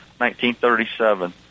1937